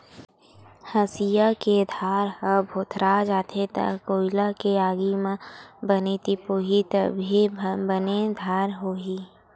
हँसिया के धार ह भोथरा जाथे त कोइला के आगी म बने तिपोही तभे बने धार होही